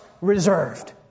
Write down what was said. reserved